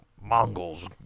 Mongols